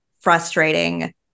frustrating